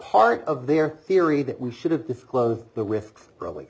part of their theory that we should have disclosed the with probably